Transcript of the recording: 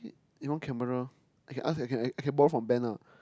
you want camera I can ask I can I can borrow from Ben ah